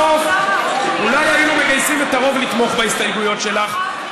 בסוף אולי היינו מגייסים את הרוב לתמוך בהסתייגויות שלך,